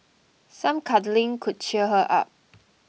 some cuddling could cheer her up